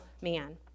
man